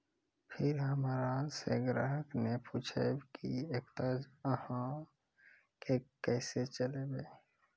फिर हमारा से ग्राहक ने पुछेब की एकता अहाँ के केसे चलबै?